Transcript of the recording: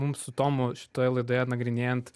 mum su tomu šitoje laidoje nagrinėjant